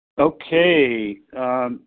Okay